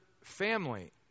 family